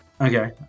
Okay